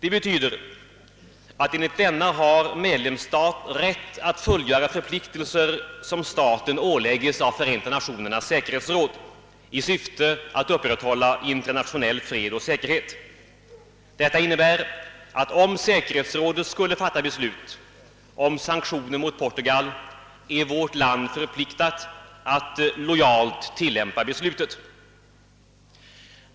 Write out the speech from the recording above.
Enligt detta avtal har medlemsstat rätt att fullfölja förpliktelser som staten ålägges av Förenta Nationernas säkerhetsråd i syfte att upprätthålla internationell fred och säkerhet. Detta innebär att vårt land, om säkerhetsrådet skulle fatta beslut om sanktioner mot Portugal, är förpliktat att lojalt tillämpa beslutet.